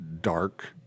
dark